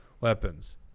weapons